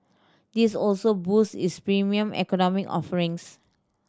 this also boost its Premium Economy offerings